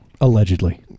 allegedly